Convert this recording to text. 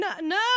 no